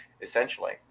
essentially